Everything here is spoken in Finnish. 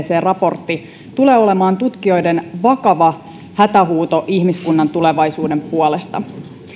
raportti tulee olemaan tutkijoiden vakava hätähuuto ihmiskunnan tulevaisuuden puolesta